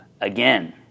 again